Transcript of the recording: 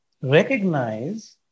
recognize